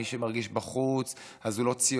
מי שמרגיש בחוץ אז הוא לא ציוני,